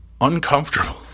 uncomfortable